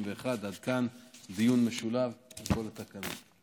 31. עד כאן דיון משולב בכל התקנות.